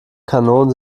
kanonen